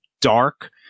dark